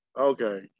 Okay